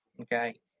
Okay